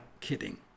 kidding